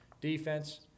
defense